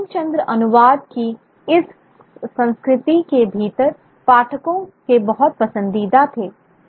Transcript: बंकिमचंद्र अनुवाद की इस संस्कृति के भीतर पाठकों के बहुत पसंदीदा थे